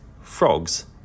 frogs